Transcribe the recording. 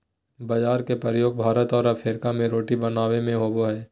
बाजरा के प्रयोग भारत और अफ्रीका में रोटी बनाबे में होबो हइ